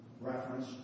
reference